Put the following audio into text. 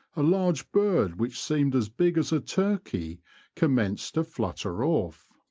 a large bird which seemed as big as a turkey commenced to flutter off.